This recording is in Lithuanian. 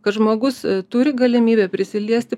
kad žmogus turi galimybę prisiliesti